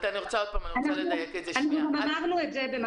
זה סיפור